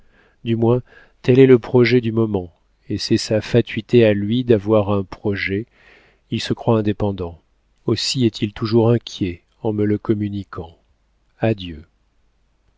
du moins tel est le projet du moment et c'est sa fatuité à lui d'avoir un projet il se croit indépendant aussi est-il toujours inquiet en me le communiquant adieu